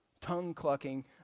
tongue-clucking